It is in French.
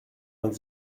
vingt